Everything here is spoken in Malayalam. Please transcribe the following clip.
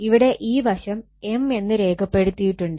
ഇവിടെ ഈ വശം M എന്ന് രേഖപ്പെടുത്തിയിട്ടുണ്ട്